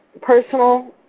personal